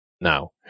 Now